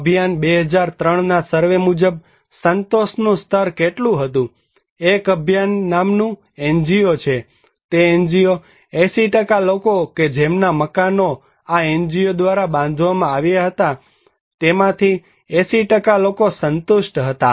અભિયાન 2003ના સર્વે મુજબ સંતોષનું સ્તર કેટલું હતું એક અભિયાન નામનું NGO છે તે NGO 80 લોકો કે જેમના મકાનો આ NGO દ્વારા બાંધવામાં આવ્યા હતા તેમાંથી 80 લોકો સંતુષ્ટ હતા